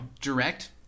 direct